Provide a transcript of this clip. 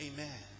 Amen